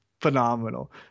phenomenal